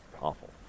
awful